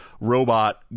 robot